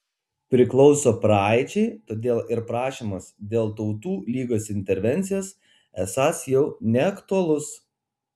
priklauso praeičiai todėl ir prašymas dėl tautų lygos intervencijos esąs jau neaktualus